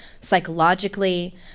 psychologically